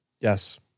Yes